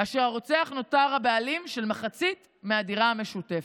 כאשר הרוצח נותר הבעלים של מחצית מהדירה המשותפת.